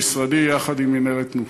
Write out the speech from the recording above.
במשרדי, יחד עם מינהלת "תנופה".